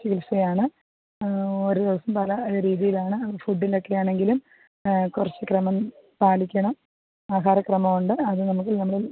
ചികിത്സയാണ് ഓരോ ദിവസം പല രീതീലാണ് ഫുഡിനൊക്കെയാണെങ്കിലും കുറച്ച് ക്രമം പാലിക്കണം ആഹാര ക്രമവുണ്ട് അത് നമുക്ക് നമ്മൾ